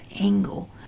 angle